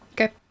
Okay